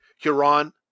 Huron